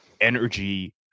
energy